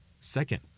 Second